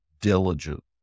diligent